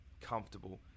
comfortable